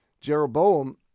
Jeroboam